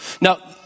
Now